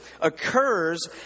occurs